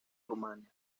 rumania